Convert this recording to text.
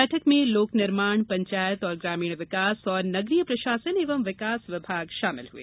बैठक में लोक निर्माण पंचायत एवं ग्रामीण विकास और नगरीय प्रशासन एवं विकास विभाग शामिल हुए